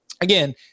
Again